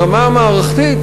ברמה המערכתית,